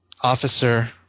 officer